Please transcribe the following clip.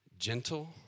Gentle